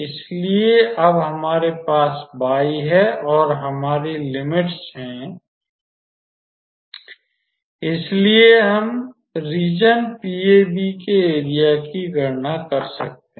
इसलिए अब हमारे पास y है और हमारी लिमिट्स हैं इसलिए हम रीज़न PAB के एरिया की गणना कर सकते हैं